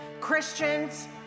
christians